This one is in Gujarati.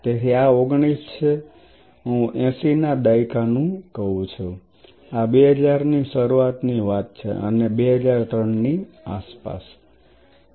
તેથી આ 19 છે હું 80 ના દાયકા નું કહું છુ આ 2000 ની શરૂઆતની વાત છે અને આ 2003 ની આસપાસ છે